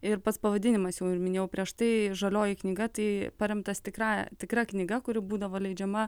ir pats pavadinimas jau ir minėjau prieš tai žalioji knyga tai paremtas tikrąja tikra knyga kuri būdavo leidžiama